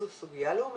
זאת סוגיה לאומית.